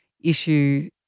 issue